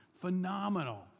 phenomenal